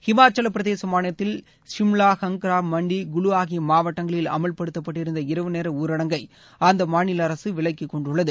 ஹிமாச்சல பிரதேச மாநிலத்தில் சிம்லா கங்க்ரா மண்டி குலு ஆகிய மாவட்டங்களில் அமல்படுத்தப்பட்டிருந்த இரவு நேர ஊரடங்கை அந்த மாநில அரசு விலக்கிக் கொண்டுள்ளது